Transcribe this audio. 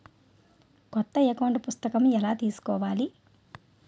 కొత్త అకౌంట్ పుస్తకము ఎలా తీసుకోవాలి?